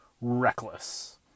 Reckless